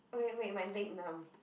okay wait my leg numb